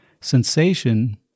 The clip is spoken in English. sensation